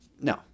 No